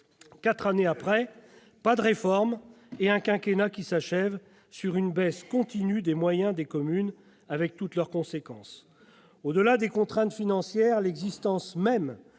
Quatre années après, pas de réforme et un quinquennat qui s'achève sur une baisse continue des moyens des communes avec toutes leurs conséquences ! Au-delà des contraintes financières, l'existence même